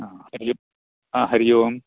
हरि ओं हा हरि ओं